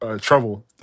Trouble